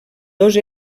dos